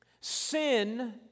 sin